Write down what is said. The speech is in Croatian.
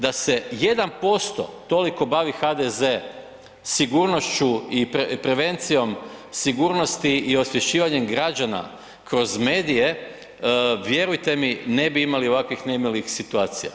Da se 1% toliko bavi HDZ bavi sigurnošću i prevencijom sigurnosti i osvješćivanjem građana kroz medije, vjerujte mi, ne bi imali ovakvih nemilih situacija.